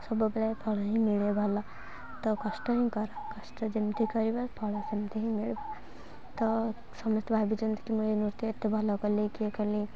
ସବୁବେଳେ ଫଳ ହିଁ ମିଳେ ଭଲ ତ କଷ୍ଟ ହିଁ କର କଷ୍ଟ ଯେମିତି କରିବା ଫଳ ସେମିତି ହିଁ ମିଳିବ ତ ସମସ୍ତେ ଭାବିଛନ୍ତି କି ମୁଁ ଏହି ନୃତ୍ୟ ଏତେ ଭଲ କଲି କିଏ କଲି